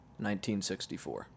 1964